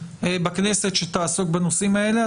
בכנסת שתעסוק בנושאים האלה.